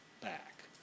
back